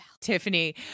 Tiffany